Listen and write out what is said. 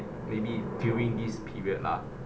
maybe during this period lah